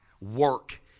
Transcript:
work